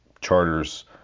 charters